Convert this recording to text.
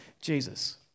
Jesus